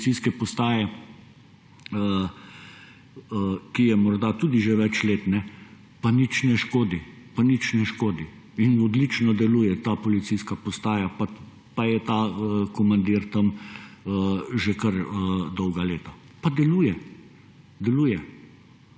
policijske postaje, ki je morda tudi že več let, pa nič ne škodi in odlično deluje ta policijska postaja, pa je ta komandir tam že kar dolga leta, pa deluje, deluje.